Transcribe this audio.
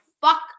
fuck